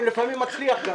הוא לפעמים מצליח גם,